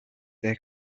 their